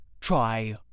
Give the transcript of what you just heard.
try